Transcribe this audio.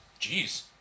Jeez